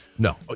No